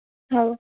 ହଉ